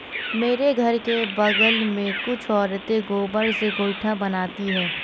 मेरे घर के बगल में कुछ औरतें गोबर से गोइठा बनाती है